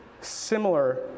similar